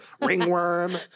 Ringworm